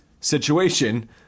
situation